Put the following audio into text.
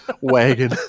wagon